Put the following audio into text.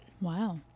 Wow